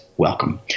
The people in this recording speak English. welcome